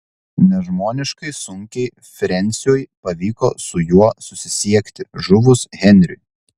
nežmoniškai sunkiai frensiui pavyko su juo susisiekti žuvus henriui